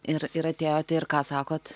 ir ir atėjot ir ką sakot